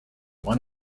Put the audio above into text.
one